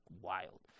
wild